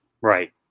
Right